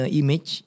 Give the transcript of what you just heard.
image